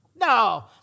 No